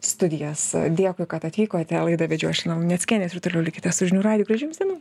studijas dėkui kad atvykote laidą vedžiau aš lina luneckienė jūs ir toliau likite su žinių radiju gražių jums dienų